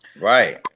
Right